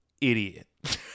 idiot